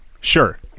Sure